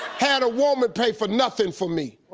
had a woman pay for nothing for me.